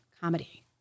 Comedy